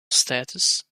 status